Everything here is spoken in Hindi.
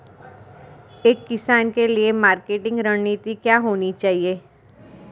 एक किसान के लिए मार्केटिंग रणनीति क्या होनी चाहिए?